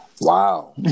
wow